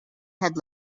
had